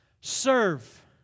serve